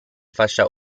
fascia